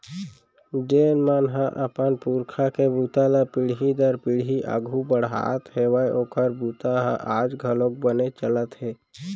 जेन मन ह अपन पूरखा के बूता ल पीढ़ी दर पीढ़ी आघू बड़हात हेवय ओखर बूता ह आज घलोक बने चलत हे